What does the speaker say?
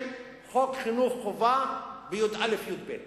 חוק חינוך חובה בי"א-י"ב.